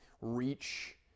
reach